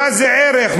מה זה ערך,